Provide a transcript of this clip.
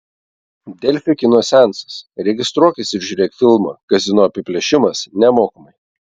delfi kino seansas registruokis ir žiūrėk filmą kazino apiplėšimas nemokamai